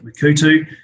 Makutu